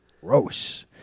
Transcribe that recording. gross